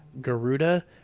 garuda